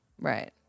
Right